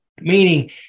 meaning